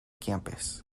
campus